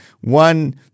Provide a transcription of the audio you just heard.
one